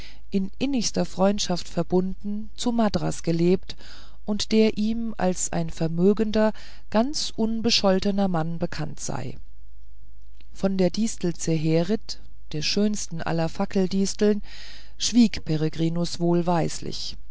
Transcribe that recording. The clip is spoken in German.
in innigster freundschaft verbunden zu madras gelebt und der ihm als ein vermögender ganz unbescholtener mann bekannt sei von der distel zeherit der schönsten aller fackeldisteln schwieg peregrinus wohlweislich